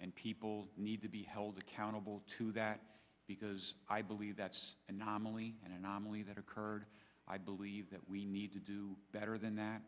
and people need to be held accountable to that because i believe that's anomaly an anomaly that occurred i believe that we need to do better than that